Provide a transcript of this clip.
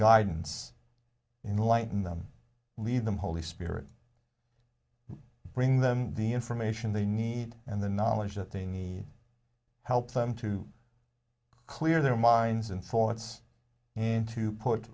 guidance in lighten them leave them holy spirit bring them the information they need and the knowledge that they need help them to clear their minds and thoughts and to put